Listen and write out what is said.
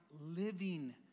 living